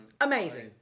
Amazing